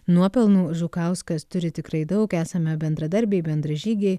nuopelnų žukauskas turi tikrai daug esame bendradarbiai bendražygiai